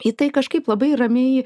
į tai kažkaip labai ramiai